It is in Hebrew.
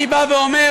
אני בא ואומר: